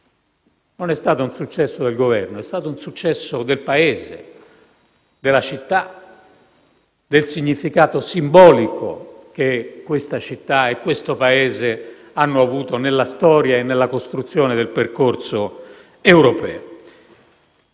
Non è stato un successo del Governo: è stato un successo del Paese, della città, del significato simbolico che questa città e questo Paese hanno avuto nella storia e nella costruzione del percorso europeo.